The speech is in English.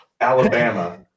alabama